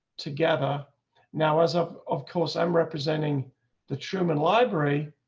together now, as of of course i'm representing the truman library.